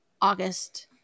August